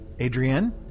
Adrienne